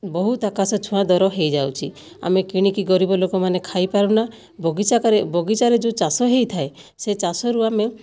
ବହୁତ ଆକାଶ ଛୁଆଁ ଦର ହୋଇଯାଉଛି ଆମେ କିଣିକି ଗରିବ ଲୋକମାନେ ଖାଇପାରୁନା ବଗିଚା ବଗିଚାରେ ଯେଉଁ ଚାଷ ହୋଇଥାଏ ସେହି ଚାଷରୁ ଆମେ